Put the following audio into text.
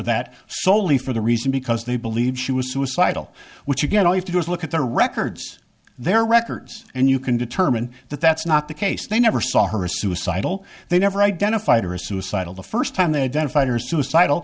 that soley for the reason because they believe she was suicidal which again i have to do is look at their records their records and you can determine that that's not the case they never saw her suicidal they never identified her a suicidal the first time they identified or suicidal